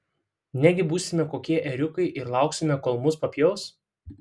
negi būsime kokie ėriukai ir lauksime kol mus papjaus